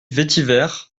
vetiver